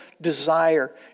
desire